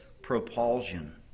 propulsion